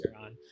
on